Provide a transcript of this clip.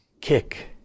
Kick